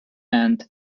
and